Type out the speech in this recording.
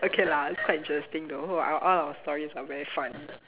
okay lah it's quite interesting though are all of our stories are very funny